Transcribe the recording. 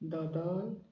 दोदोल